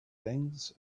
things